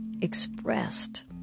expressed